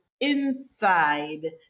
inside